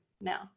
now